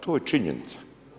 To je činjenica.